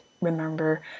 Remember